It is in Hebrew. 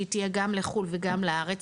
שהיא תהיה גם לחו"ל וגם לארץ,